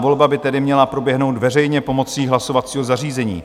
Volba by tedy měla proběhnout veřejně pomocí hlasovacího zařízení.